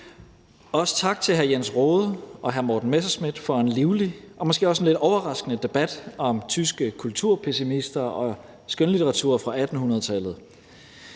Også tak til hr. Jens Rohde og hr. Morten Messerschmidt for en livlig og måske også lidt overraskende debat om tyske kulturpessimister og skønlitteratur fra 1800-tallet.